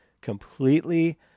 completely